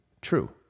true